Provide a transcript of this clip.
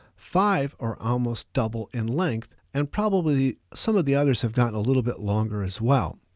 five are almost double in length. and probably some of the others have gotten a little bit longer as well.